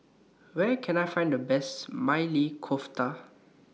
Where Can I Find The Best Maili Kofta